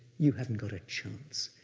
you haven't got a chance.